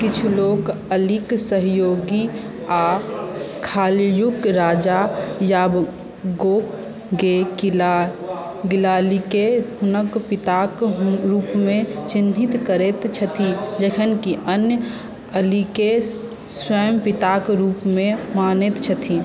किछु लोक अलीक सहयोगी आ खालूलूक राजा याबगो शे गिला गिलाजीकेँ हुनक पिताक रूपमे चिन्हित करैत छथि जखन कि अन्य अलीकेँ स्वयं पिताक रूपमे मानैत छथि